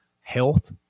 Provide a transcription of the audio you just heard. health